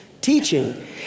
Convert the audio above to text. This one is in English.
teaching